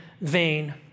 vain